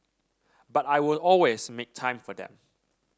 but I will always make time for them